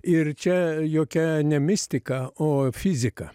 ir čia jokia ne mistika o fizika